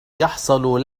يحصل